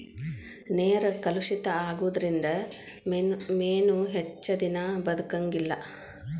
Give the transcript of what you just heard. ನೇರ ಕಲುಷಿತ ಆಗುದರಿಂದ ಮೇನು ಹೆಚ್ಚದಿನಾ ಬದಕಂಗಿಲ್ಲಾ